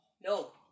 No